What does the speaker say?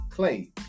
Clay